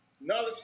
No